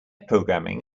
programming